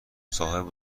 صاحب